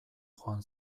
joan